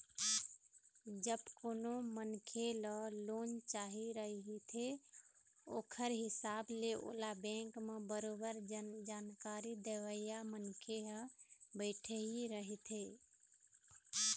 जब कोनो मनखे ल लोन चाही रहिथे ओखर हिसाब ले ओला बेंक म बरोबर जानकारी देवइया मनखे ह बइठे ही रहिथे